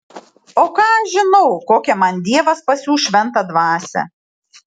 o ką aš žinau kokią man dievas pasiųs šventą dvasią